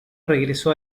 regresó